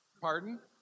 pardon